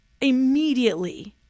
immediately